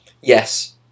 Yes